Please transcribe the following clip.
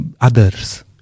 others